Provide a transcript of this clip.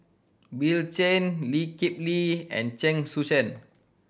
Bill Chen Lee Kip Lee and Chen Sucheng